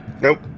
Nope